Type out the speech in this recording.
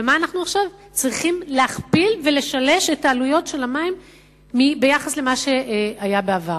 ואנחנו עכשיו צריכים להכפיל ולשלש את עלויות המים ביחס למה שהיה בעבר.